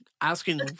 asking